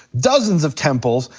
dozens of temples,